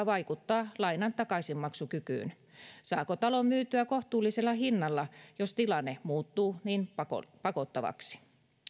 vaikuttaa lainan takaisinmaksukykyyn saako talon myytyä kohtuullisella hinnalla jos tilanne muuttuu niin pakottavaksi pakottavaksi